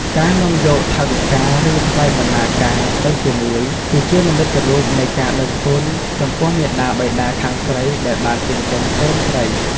ការនាំយកថវិកា ឬ ថ្លៃបណ្តាការទៅជាមួយ គឺជានិមិត្តរូបនៃ ការដឹងគុណ ចំពោះមាតាបិតាខាងស្រីដែលបានចិញ្ចឹមកូនស្រី។